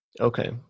Okay